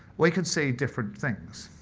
we can see different things,